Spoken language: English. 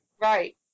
Right